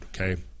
okay